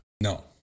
No